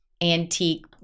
antique